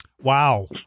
Wow